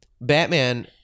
Batman